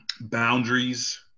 boundaries